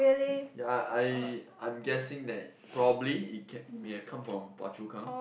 ya I I'm guessing that probably it can may have come from Phua-Chu-Kang